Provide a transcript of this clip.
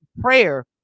prayer